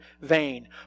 vain